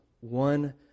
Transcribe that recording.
one